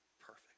perfect